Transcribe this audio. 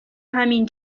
همین